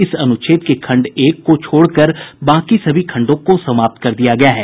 इस अनुच्छेद के खंड एक को छोड़कर बाकी सभी खंडों को समाप्त कर दिया गया है